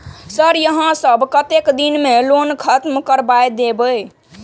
Sir यहाँ सब कतेक दिन में लोन खत्म करबाए देबे?